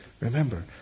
Remember